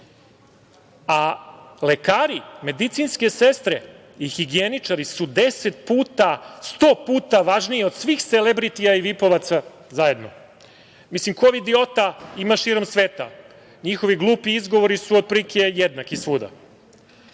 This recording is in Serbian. Lekari, medicinske sestre i higijeničari su deset puta, sto puta važniji od svih selebritija i vipovaca zajedno. Mislim kovidiota ima širom sveta. Njihovi glupi izgovori su otprilike jednaki svuda,